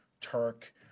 Turk